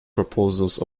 proposals